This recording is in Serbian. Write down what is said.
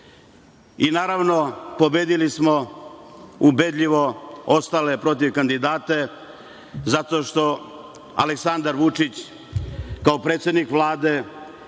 I, naravno pobedili smo ubedljivo ostale protivkandidate zato što Aleksandar Vučić, kao predsednik Vlade